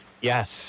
Yes